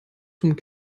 zum